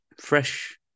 fresh